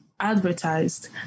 advertised